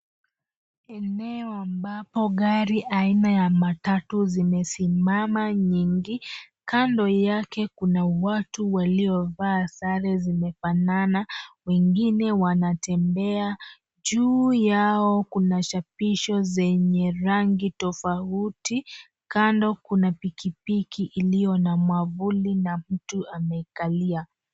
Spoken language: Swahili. Eneo ambapo gari aina ya matatu zimesimama nyingi. Kando yake kuna watu waliovaa sare zimefanana, na wengine wanatembea. Juu yao kuna chapisho zenye rangi tofauti, kando kuna pikipiki iliyo na mwamvuli na mtu amekalia.